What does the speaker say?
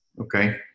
Okay